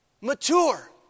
Mature